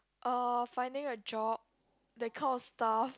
uh finding a job that kind of stuff